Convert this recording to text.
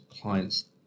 clients